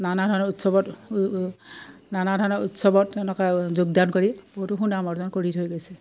নানা ধৰণৰ উৎসৱত নানা ধৰণৰ উৎসৱত তেওঁলোকে যোগদান কৰি বহুতো সুনাম অৰ্জন কৰি থৈ গৈছে